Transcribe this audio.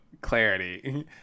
clarity